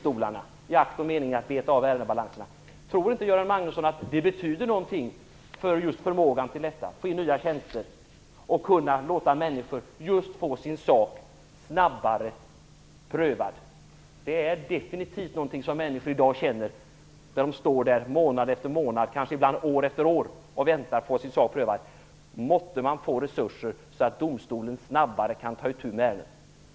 Tror inte Göran Magnusson att det betyder någonting för förmågan att beta av ärendebalanserna, för möjligheterna att åstadkomma nya tjänster, för möjligheterna för människor att snabbare få sin sak prövad? Någonting som människor i dag känner när de står där månad efter månad, kanske ibland år efter år, och väntar på att få sin sak prövad är just: Måtte man få resurser så att domstolen snabbare kan ta itu med ärendet!